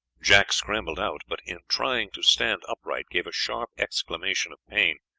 jack scrambled out, but in trying to stand upright gave a sharp exclamation of pain.